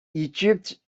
egypt